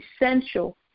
essential